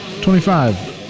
Twenty-five